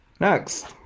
Next